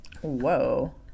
whoa